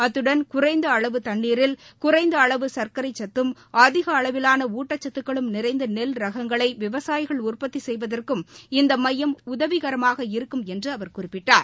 அத்துடன் குறைந்த அளவு தண்ணீரில் குறைந்த அளவு சக்கரை சத்தும் அதிக அளவிலான ஊட்டச்சத்துக்களும் நிறைந்த நெல் ரகங்களை விவசாயிகள் உற்பத்தி செய்வதற்கும் இந்த மையம் உதவிகரமாக இருக்கும் என்று அவர் குறிப்பிட்டார்